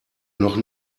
noch